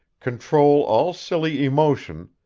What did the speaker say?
control all silly emotion,